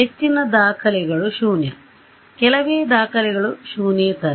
ಹೆಚ್ಚಿನ ದಾಖಲೆಗಳು ಶೂನ್ಯ ಕೆಲವೇ ದಾಖಲೆಗಳು ಶೂನ್ಯೇತರ